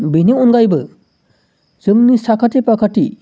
बेनि अनगायैबो जोंनि साखाथि फाखाथि